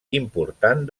important